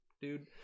dude